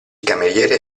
cameriere